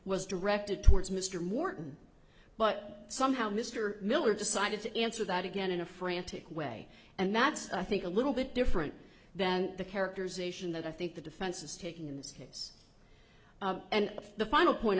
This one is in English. was directed towards mr morton but somehow mr miller decided to answer that again in a frantic way and that's i think a little bit different than the character's ation that i think the defense is taking in this case and the final point